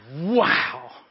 wow